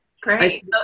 Great